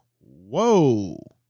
whoa